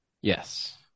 Yes